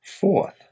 Fourth